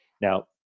now